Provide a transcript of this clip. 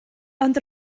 ond